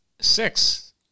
Six